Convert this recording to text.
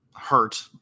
hurt